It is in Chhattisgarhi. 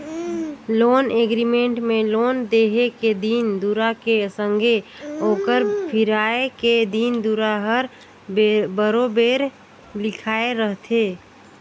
लोन एग्रीमेंट में लोन देहे के दिन दुरा के संघे ओकर फिराए के दिन दुरा हर बरोबेर लिखाए रहथे